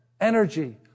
energy